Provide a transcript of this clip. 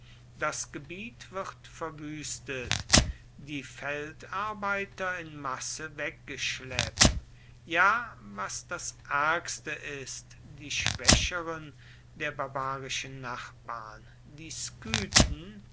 das gebiet wird verwüstet die feldarbeiter in masse weggeschleppt ja was das ärgste ist die schwächeren der barbarischen nachbarn die skythen